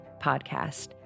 Podcast